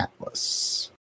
Atlas